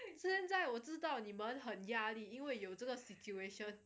现在我知道你们很压力因为有这个 situation